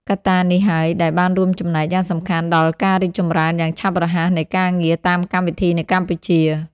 កត្តានេះហើយ ដែលបានរួមចំណែកយ៉ាងសំខាន់ដល់ការរីកចម្រើនយ៉ាងឆាប់រហ័សនៃការងារតាមកម្មវិធីនៅកម្ពុជា។